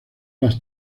las